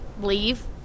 Leave